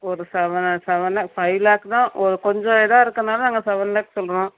ஒரு seven seven five lakh தான் ஒரு கொஞ்சம் இதாக இருக்கிறனால நாங்கள் செவன் லாக்ஸ் சொல்கிறோம்